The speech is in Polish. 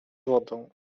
wodą